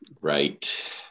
right